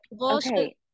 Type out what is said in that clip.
okay